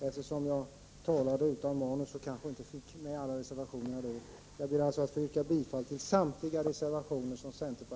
Eftersom jag talade utan manus kanske jag inte nämnde alla reservationerna.